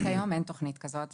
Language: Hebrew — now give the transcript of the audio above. כיום אין תוכנית כזאת.